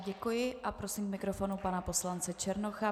Děkuji a prosím k mikrofonu pana poslance Černocha.